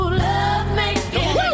love-making